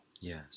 Yes